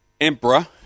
emperor